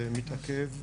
זה מתעכב,